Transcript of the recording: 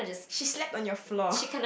she slept on your floor